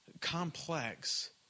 complex